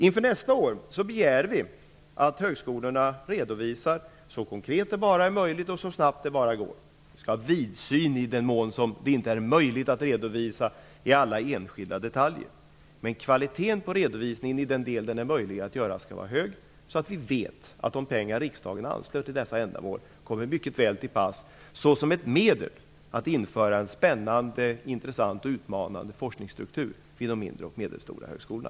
Inför nästa år begär vi att högskolorna så konkret och snabbt som möjligt skall göra en redovisning. Vi skall vara vidsynta i den mån det inte är möjligt att redovisa alla enskilda detaljer. Men kvaliteten i den del av redovisningen som är möjlig att göra skall vara hög. Då vet vi att de pengar som riksdagen anslår till dessa ändamål kommer mycket väl till pass. De blir ett medel för att införa en spännande, intressant och utmanande forskningsstruktur vid de mindre och medelstora högskolorna.